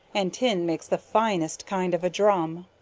and tin makes the finest kind of a drum.